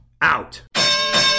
out